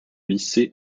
lycée